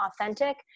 authentic